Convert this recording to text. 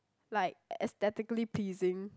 like aesthetically pleasing